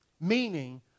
Meaning